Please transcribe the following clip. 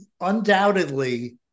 undoubtedly